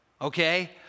okay